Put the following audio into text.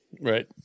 Right